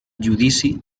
judici